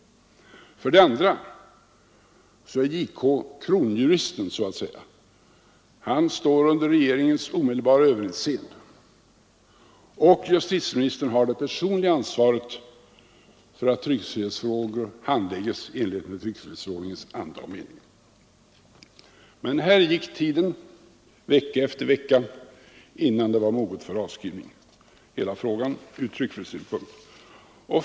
För det andra är JK så att säga kronjuristen; han står under regeringens omedelbara överinseende, och justitieministern har det personliga ansvaret för att tryckfrihetsfrågor handlägges i enlighet med tryckfrihetsförordningens anda och mening. Men här gick vecka efter vecka innan hela frågan ur tryckfrihetssynpunkt var mogen för avskrivning.